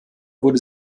wurde